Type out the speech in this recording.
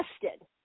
tested